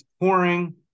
pouring